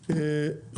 כרגע, זאת ההצעה שלי.